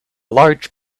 large